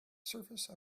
surface